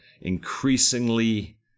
increasingly